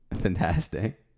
Fantastic